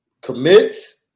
commits